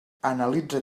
analitza